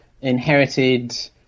inherited